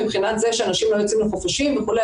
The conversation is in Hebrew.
ומבחינת זה שאנשים לא יוצאים לחופשים וכו',